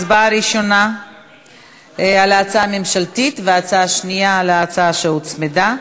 הצבעה ראשונה על ההצעה הממשלתית והצבעה שנייה על ההצעה שהוצמדה.